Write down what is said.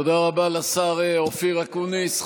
תודה רבה לשר אופיר אקוניס.